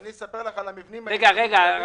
אספר לך על המבנים האלה.